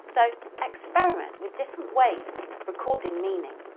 so experiment with different ways of recording meaning.